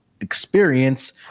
Experience